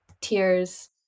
tears